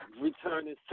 returning